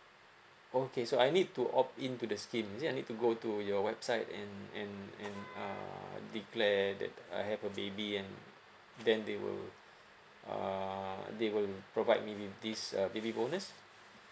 okay so I need to opt in to the scheme is it I need to go to your website and and and and uh declare that I have a baby and then they will uh they will provide me with this uh baby bonus